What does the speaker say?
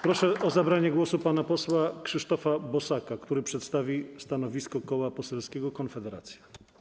Proszę o zabranie głosu pana posła Krzysztofa Bosaka, który przedstawi stanowisko Koła Poselskiego Konfederacja.